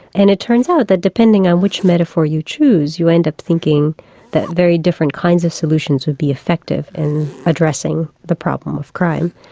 and it turns out that depending on which metaphor you choose you end up thinking that very different kinds of solutions would be effective in addressing the problem of crime.